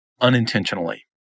unintentionally